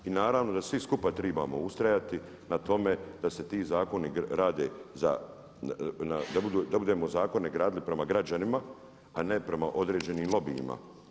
I naravno da svi skupa trebamo ustrajati na tome da se ti zakoni rade, da budemo zakone gradili prema građanima a ne prema određenim lobijima.